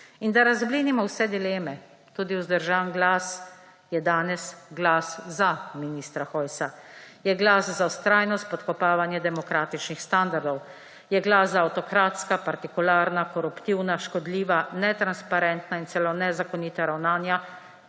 In da razblinimo vse dileme, tudi vzdržan glas je danes glas za ministra Hojsa, je glas za vztrajno spodkopavanje demokratičnih standardov, je glas za avtokratska, partikularna, koruptivna, škodljiva, netransparentna in celo nezakonita ravnanja,